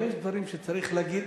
אבל יש דברים שצריך להגיד,